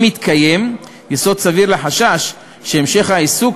אם מתקיים יסוד סביר לחשש שהמשך העיסוק